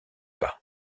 pas